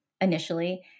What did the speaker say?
initially